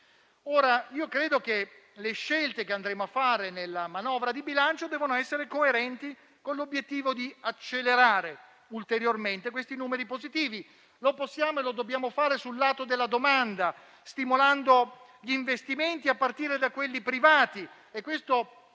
vent'anni. Credo che le scelte che andremo a fare nella manovra di bilancio devono essere coerenti con l'obiettivo di accelerare ulteriormente questi numeri positivi. Lo possiamo e lo dobbiamo fare sul lato della domanda, stimolando gli investimenti a partire da quelli privati. Questo